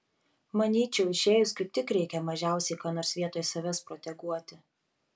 manyčiau išėjus kaip tik reikia mažiausiai ką nors vietoj savęs proteguoti